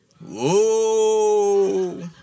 Whoa